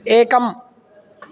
एकम्